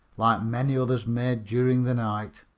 like many others made during the night.